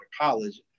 college